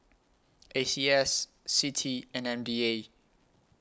A C S CITI and M D A